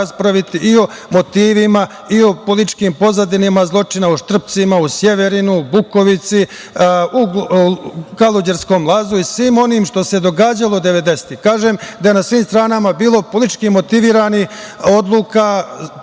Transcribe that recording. i o motivima i o političkim pozadinama zločina u Štrpcima, u Sjeverinu, Bukovici… i svim onim što se događalo 90-ih. Kažem, da je na svim stranama bilo politički motiviranih odluka,